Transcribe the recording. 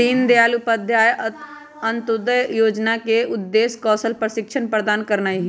दीनदयाल उपाध्याय अंत्योदय जोजना के उद्देश्य कौशल प्रशिक्षण प्रदान करनाइ हइ